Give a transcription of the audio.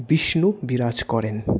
বিষ্ণু বিরাজ করেন